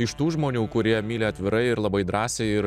iš tų žmonių kurie myli atvirai ir labai drąsiai ir